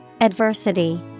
Adversity